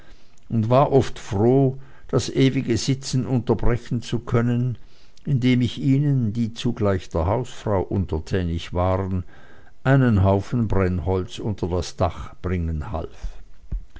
und war oft froh das ewige sitzen unterbrechen zu können indem ich ihnen die zugleich der hausfrau untertänig waren einen haufen brennholz unter dach bringen half